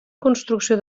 construcció